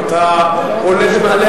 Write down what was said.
אז אתה עולה במעלה